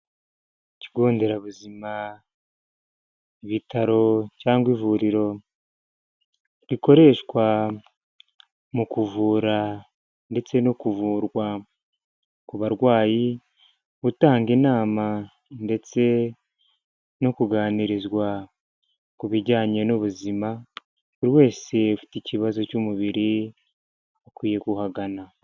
Ikigo nderabuzima ibitaro cyangwa ivuriro rikoreshwa mu kuvura ndetse no kuvurwa ku barwayi, gutanga inama ndetse no kuganirizwa ku bijyanye n'ubuzima, buri wese ufite ikibazo cy'umubiri akwiye kuhangana.